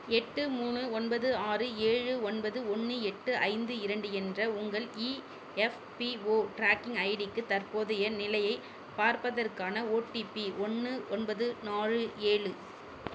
எட்டு மூணு ஒன்பது ஆறு ஏழு ஒன்பது ஒன்று எட்டு ஐந்து இரண்டு என்ற உங்கள் இஎஃப்பிஓ ட்ராக்கிங் ஐடிக்கு தற்போதைய நிலையை பார்ப்பதற்கான ஓடிபி ஒன்று ஒன்பது நாலு ஏழு